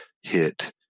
hit